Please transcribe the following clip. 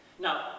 Now